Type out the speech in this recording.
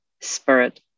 spirit